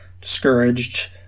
discouraged